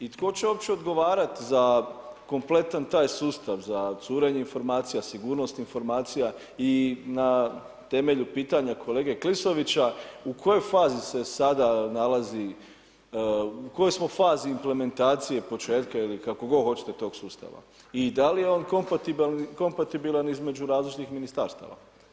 I tko će uopće odgovarati za kompletan taj sustav za curenje informacija, sigurnosnih informacija i na temelju pitanja kolege Klisovića u kojoj fazi se sada nalazi, u kojoj smo fazi implementacije početka ili kako god hoćete tog sustava i da li je on kompatibilan između različitih ministarstava.